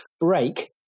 break